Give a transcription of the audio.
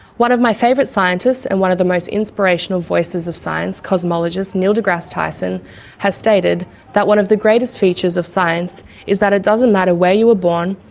one of my favourite scientists and one of the most inspirational voices of science, cosmologist neil degrasse tyson has stated that one of the greatest features of science is that it doesn't matter where you were born,